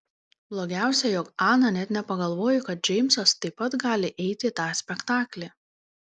blogiausia jog ana net nepagalvojo kad džeimsas taip pat gali eiti į tą spektaklį